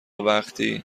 وقتی